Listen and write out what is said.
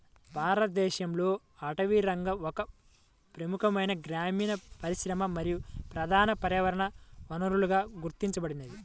భారతదేశంలో అటవీరంగం ఒక ముఖ్యమైన గ్రామీణ పరిశ్రమ మరియు ప్రధాన పర్యావరణ వనరుగా గుర్తించబడింది